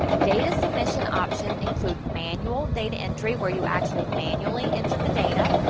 data submission options include manual data entry where you actually manually enter the data.